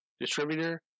distributor